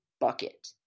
bucket